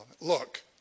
look